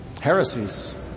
heresies